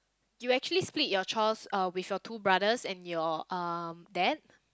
you actually split your chores uh with your two brothers and your um dad